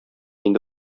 инде